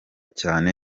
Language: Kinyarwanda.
cyane